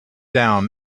down